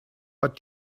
what